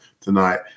tonight